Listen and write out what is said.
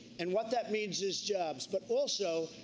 and what that means is jobs. but also,